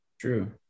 True